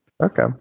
Okay